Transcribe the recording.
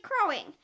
crowing